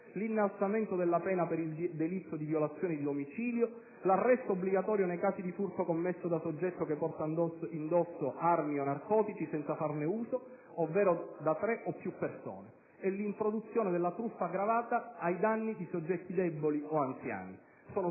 l'innalzamento della pena per il delitto di violazione di domicilio; l'arresto obbligatorio nei casi di furto commesso da soggetto che porta indosso armi o narcotici, senza farne uso, ovvero da tre o più persone; l'introduzione della truffa aggravata ai danni di soggetti deboli o anziani. Sono